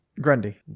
Grundy